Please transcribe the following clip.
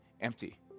empty